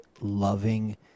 loving